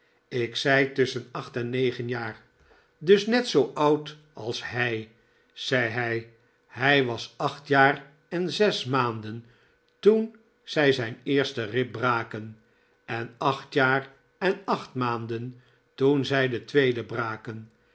ik zei tusschen en jaar dus net zoo oud als hij zei hij hij was acht jaar en zes maanden toen zij zijn eerste rib braken en acht jaar en acht maanden toen zij de tweede braken